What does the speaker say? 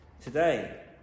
today